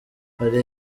hari